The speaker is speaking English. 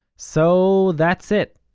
so, that's it.